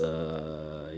uh